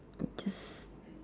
just